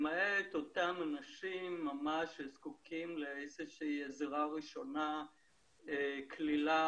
למעט אותם אנשים שזקוקים לאיזושהי עזרה ראשונה קלילה,